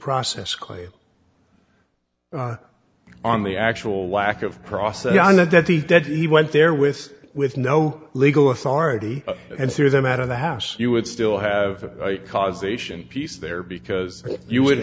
process claim on the actual lack of process i know that the dead he went there with with no legal authority and threw them out of the house you would still have a causation piece there because you would